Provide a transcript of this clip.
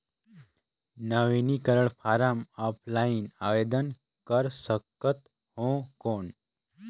नवीनीकरण form offline आवेदन कर सकत हो कौन?